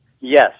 Yes